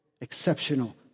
exceptional